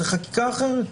זו חקיקה אחרת.